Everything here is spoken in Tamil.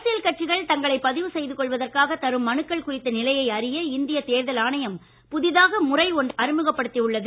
அரசியல் கட்சிகள் தங்களை பதிவு செய்து கொள்வதற்காக தரும் மனுக்கள் குறித்த நிலையை அறிய இந்திய தேர்தல் ஆணையம் புதிதாக முறை ஒன்றை அறிமுகப்படுத்தி உள்ளது